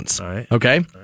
Okay